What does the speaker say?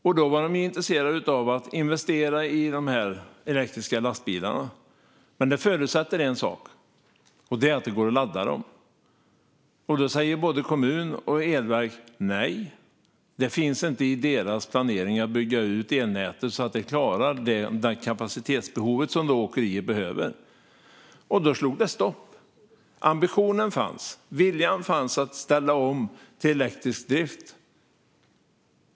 Företaget var då intresserat av att investera i elektriska lastbilar. Men det förutsatte en sak, nämligen att det skulle gå att ladda dem. Både kommun och elverk sa dock nej. Att bygga ut elnätet så att det skulle klara det kapacitetsbehov som åkeriet hade fanns inte i deras planering. Då tog det stopp. Ambitionen och viljan fanns att ställa om till elektrisk drift.